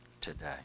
today